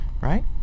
right